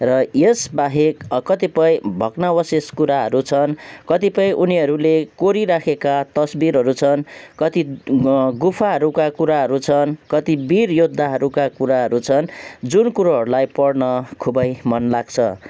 र यसबाहेक कतिपय भग्नावशेष कुराहरू छन् कतिपय उनीहरूले कोरिराखेका तस्बिरहरू छन् कति ग गुफाहरूका कुराहरू छन् कति वीर योद्धाहरूका कुराहरू छन् जुन कुरोहरूलाई पढ्न खुबै मन लाग्छ